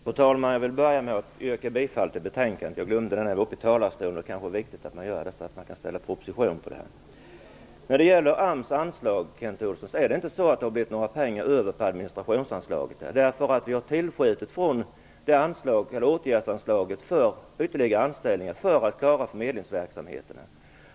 Fru talman! Jag vill börja med att yrka bifall till utskottets hemställan - jag glömde det när jag var uppe i talarstolen sist; det kanske är viktigt att man gör det, så att talmannen kan ställa proposition i det här ärendet. Det är inte så, Kent Olsson, att det har blivit några pengar över på administrationsanslaget. Vi har tillskjutit medel från åtgärdsanslaget för ytterligare anställningar för att klara förmedlingsverksamheterna.